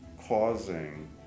causing